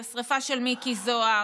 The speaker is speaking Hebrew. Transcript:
את השרפה של מיקי זוהר,